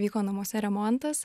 vyko namuose remontas